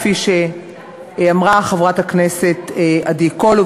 כפי שאמרה חברת הכנסת עדי קול,